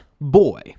boy